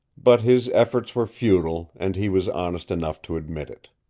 but his efforts were futile, and he was honest enough to admit it.